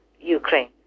Ukraine